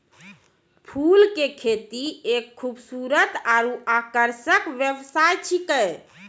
फूल के खेती एक खूबसूरत आरु आकर्षक व्यवसाय छिकै